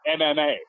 mma